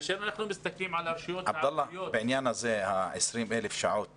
לגבי ה-20,000 שעות